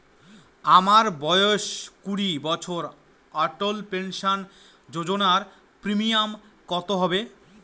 আমার বয়স কুড়ি বছর অটল পেনসন যোজনার প্রিমিয়াম কত হবে?